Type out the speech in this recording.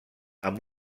amb